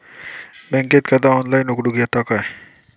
बँकेत खाता ऑनलाइन उघडूक येता काय?